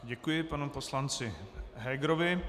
Děkuji panu poslanci Hegerovi.